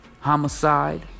homicide